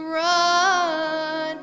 run